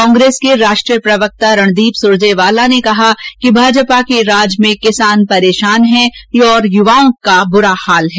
कांग्रेस के राष्ट्रीय प्रवक्ता रणदीप सुरजेवाला ने कहा कि भाजपा के राज में किसान परेशान हैं और युवाओं का बुरा हाल है